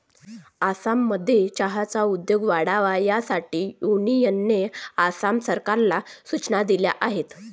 आसाममध्ये चहाचा उद्योग वाढावा यासाठी युनियनने आसाम सरकारला सूचना दिल्या आहेत